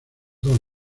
dos